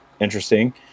interesting